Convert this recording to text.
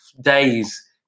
days